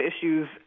issues